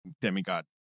demigod